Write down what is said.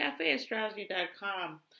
Cafeastrology.com